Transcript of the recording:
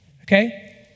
okay